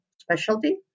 specialty